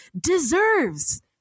deserves